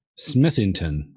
smithington